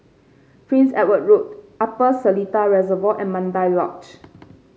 Prince Edward Road Upper Seletar Reservoir and Mandai Lodge